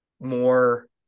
more